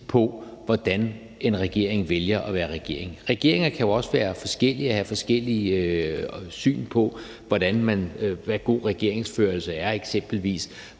på, hvordan en regering vælger at være regering. Regeringen kan jo også være forskellige og de kan have forskellige syn på, hvordan der eksempelvis